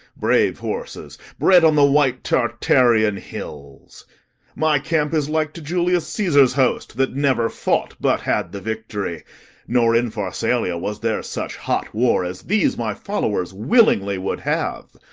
brave horses bred on the white tartarian hills my camp is like to julius caesar's host, that never fought but had the victory nor in pharsalia was there such hot war as these, my followers, willingly would have.